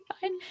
fine